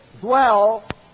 dwell